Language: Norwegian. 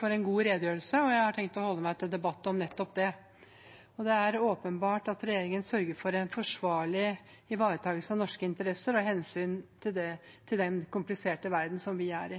god redegjørelse, og jeg har tenkt å holde meg til debatten om nettopp den. Det er åpenbart at regjeringen sørger for en forsvarlig ivaretakelse av norske interesser og hensynet til den kompliserte verdenen som vi er i.